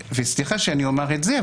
וסליחה שאני אומר את זה,